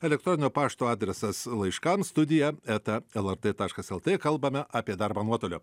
elektroninio pašto adresas laiškams studija eta lrt taškas lt kalbame apie darbą nuotoliu